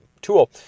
tool